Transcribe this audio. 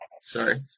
Sorry